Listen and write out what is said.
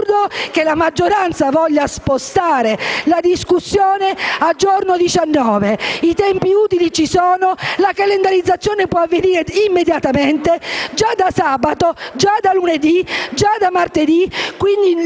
la maggioranza voglia spostare la discussione al giorno 19. I tempi utili ci sono. La calendarizzazione delle mozioni può avvenire immediatamente già da sabato, già da lunedì, già da martedì.